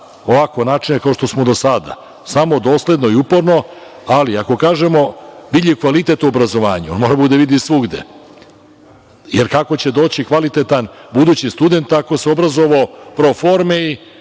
ovakve načine, kao što smo do sada, samo dosledno i uporno. Ali, ako kažemo - vidljiv kvalitet u obrazovanju, on mora da bude vidljiv svugde, jer, kako će doći kvalitetan budući student ako se obrazovao pro forme i